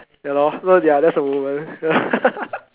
ya lor no ya that's the moment